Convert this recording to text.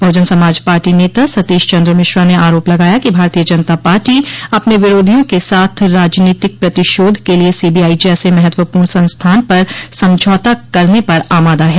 बहुजन Samaj party नेता सतीश चन्द्र मिश्रा ने आरोप लगाया कि भारतीय जनता पार्टी अपने विरोधियों के साथ राजनीतिक प्रतिशोध के लिए सीबीआई जैसे महत्वपूर्ण संस्थान पर समझौता करने पर आमादा है